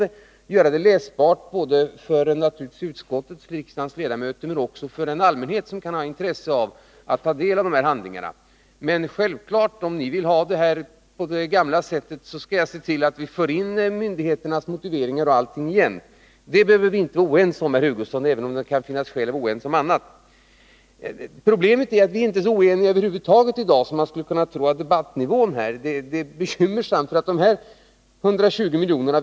Jag ville göra sammanställningen läsbar inte bara för utskottet och riksdagens ledamöter utan också för den allmänhet som kan ha intresse av att ta del av dessa handlingar. Men om riksdagens ledamöter vill ha propositionerna på det gamla sättet, skall jag självfallet se till att bl.a. myndigheternas motiveringar förs in. Det behöver vi inte vara oense om, herr Hugosson. Det kan däremot finnas skäl att vara oense om annat. Problemet är dock att vi i dag inte är så oeniga som man, att döma av debattnivån, skulle kunna tro. Ta t.ex. de 120 miljonerna!